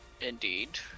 Indeed